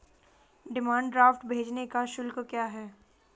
Demand draft भेजने का शुल्क क्या है?